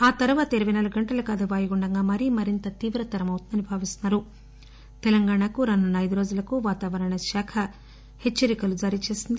ఆ తర్వాత ఇరవై నాలుగు గంటలకు అది వాయుగుండంగా మారి మరింత తీవ్రతరం అవుతుందని భావిస్తున్నారు తెలంగాణకు రానున్న ఐదు రోజులకు వాతావరణశాఖ హెచ్చరికలు జారీ చేసింది